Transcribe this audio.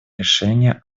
решения